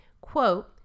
Quote